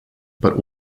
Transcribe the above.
but